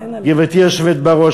גברתי היושבת בראש,